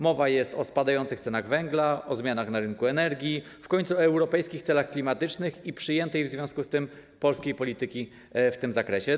Mowa jest o spadających cenach węgla, o zmianach na rynku energii, w końcu o europejskich celach klimatycznych i przyjętej w związku z tym polskiej polityce w tym zakresie.